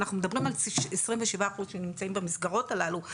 אנחנו מדברים על 27 אחוז שנמצאים במסגרות הללו,